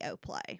play